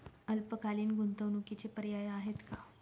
अल्पकालीन गुंतवणूकीचे पर्याय आहेत का?